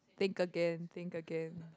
think again think again